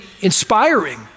inspiring